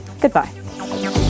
Goodbye